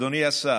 אדוני השר,